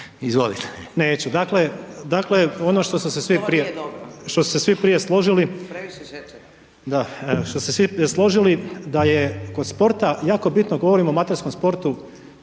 Previše šećera./… da, što su se svi prije složili da je kod sporta jako bitno, govorimo o amaterskom sportu,